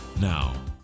now